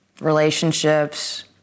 relationships